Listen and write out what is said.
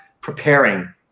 preparing